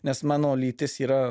nes mano lytis yra